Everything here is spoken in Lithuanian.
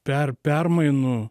per permainų